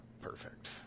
perfect